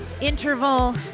interval